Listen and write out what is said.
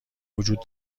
وجود